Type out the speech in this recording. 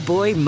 Boy